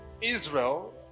Israel